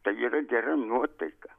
tai yra gera nuotaika